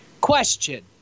Question